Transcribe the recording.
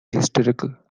historical